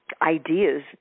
ideas